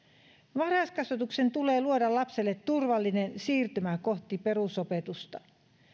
varhaiskasvatuksen tulee luoda lapselle turvallinen siirtymä kohti perusopetusta